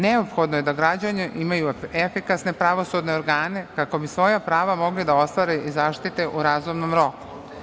Neophodno je da građani imaju efikasne pravosudne organe kako bi svoja prava mogli da ostvare i zaštite u razumnom roku.